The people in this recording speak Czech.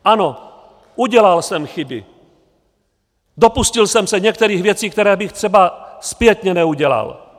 Ano, udělal jsem chyby, dopustil jsem se některých věcí, které bych třeba zpětně neudělal.